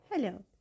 Hello